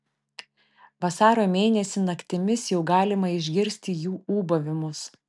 vasario mėnesį naktimis jau galima išgirsti jų ūbavimus